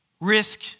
risk